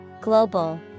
Global